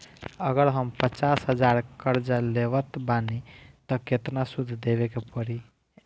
अगर हम पचास हज़ार कर्जा लेवत बानी त केतना सूद देवे के पड़ी?